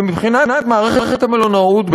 ומבחינת מערכת המלונאות,